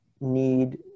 need